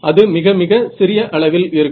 அது மிக மிக சிறிய அளவில் இருக்கும்